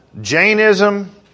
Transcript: Jainism